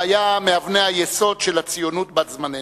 והיה מאבני היסוד של הציונות בת זמננו.